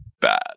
bad